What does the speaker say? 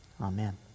Amen